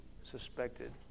suspected